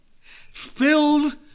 filled